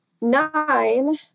Nine